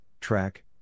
track